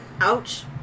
Ouch